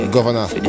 Governor